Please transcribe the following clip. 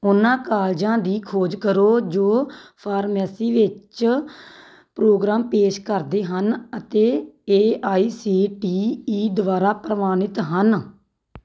ਉਹਨਾਂ ਕਾਲਜਾਂ ਦੀ ਖੋਜ ਕਰੋ ਜੋ ਫਾਰਮੇਸੀ ਵਿੱਚ ਪ੍ਰੋਗਰਾਮ ਪੇਸ਼ ਕਰਦੇ ਹਨ ਅਤੇ A I C T E ਦੁਆਰਾ ਪ੍ਰਵਾਨਿਤ ਹਨ